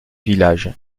village